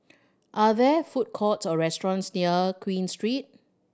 are there food courts or restaurants near Queen Street